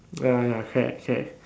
ya ya correct correct